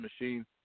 machine